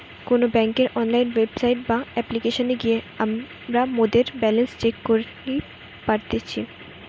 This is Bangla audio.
কোনো বেংকের অনলাইন ওয়েবসাইট বা অপ্লিকেশনে গিয়ে আমরা মোদের ব্যালান্স চেক করি পারতেছি